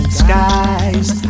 skies